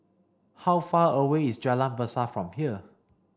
how far away is Jalan Besar from here